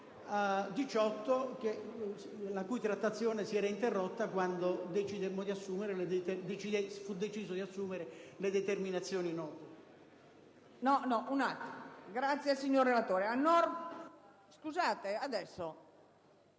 18, la cui trattazione si era interrotta quando fu deciso di assumere le determinazioni note.